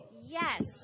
Yes